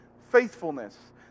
faithfulness